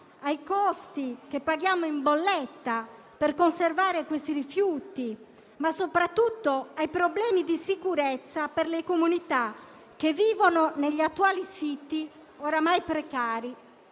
ai costi che paghiamo in bolletta per conservare questi rifiuti, ma soprattutto ai problemi di sicurezza per le comunità che vivono negli attuali siti oramai precari.